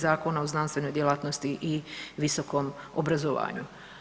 Zakona o znanstvenoj djelatnosti i visokom obrazovanju.